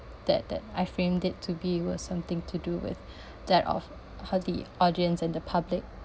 that that I framed it to be was something to do with that of how the audience and the public